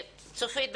צופית,